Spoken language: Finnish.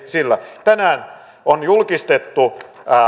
sillä tänään on julkistettu